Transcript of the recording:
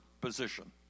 position